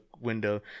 window